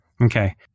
okay